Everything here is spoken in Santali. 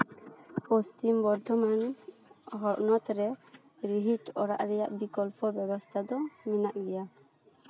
ᱯᱚᱥᱪᱷᱤᱢ ᱵᱚᱨᱫᱷᱚᱢᱟᱱ ᱦᱚᱱᱚᱛ ᱨᱮ ᱨᱤᱦᱤᱴ ᱚᱲᱟᱜ ᱨᱮᱭᱟᱜ ᱵᱤᱠᱚᱞᱯᱚ ᱵᱮᱵᱚᱥᱛᱷᱟ ᱫᱚ ᱢᱮᱱᱟᱜ ᱜᱮᱭᱟ